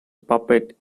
puppet